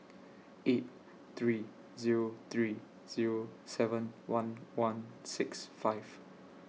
eight three Zero three Zero seven one one six five